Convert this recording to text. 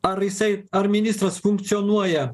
ar jisai ar ministras funkcionuoja